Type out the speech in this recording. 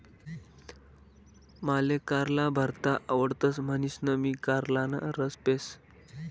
माले कारला भरता आवडतस म्हणीसन मी कारलाना रस पेस